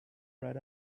right